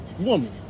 woman